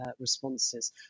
responses